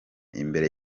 imbere